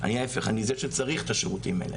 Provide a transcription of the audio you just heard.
ההיפך, אני זה שצריך את השירותים האלה.